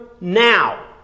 now